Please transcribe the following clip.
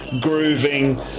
grooving